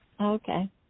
Okay